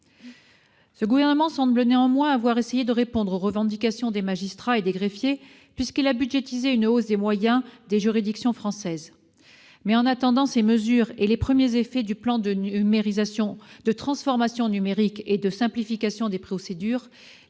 Le Gouvernement semble néanmoins avoir essayé de répondre aux revendications des magistrats et des greffiers, puisqu'il a budgétisé une hausse des moyens des juridictions françaises. En attendant ces mesures et les premiers effets du plan de transformation numérique et de simplification des procédures,